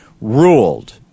ruled